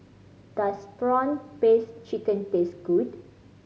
does prawn paste chicken taste good